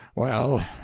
well,